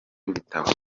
w’ibitabo